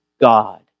God